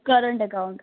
currant account